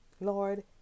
Lord